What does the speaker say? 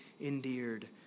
endeared